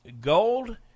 gold